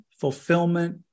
fulfillment